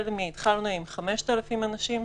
התחלנו עם 5,000 אנשים,